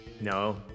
No